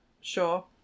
Sure